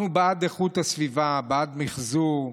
אנחנו בעד איכות הסביבה ובעד מחזור,